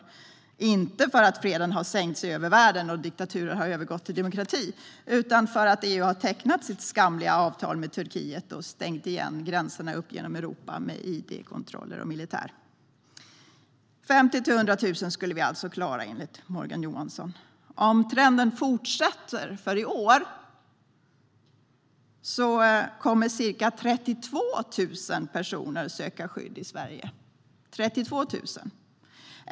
Det beror inte på att freden har sänkt sig över världen och att diktaturer har övergått till att vara demokratier, utan det beror på att EU har tecknat sitt skamliga avtal med Turkiet och stängt igen gränserna upp genom Europa med hjälp av id-kontroller och militär. 50 000-100 000 skulle vi alltså klara av att ta emot, enligt Morgan Johansson. Om trenden i år fortsätter kommer ca 32 000 personer att söka skydd i Sverige - 32 000.